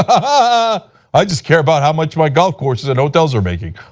ah i just care about how much my golf courses and hotels are making.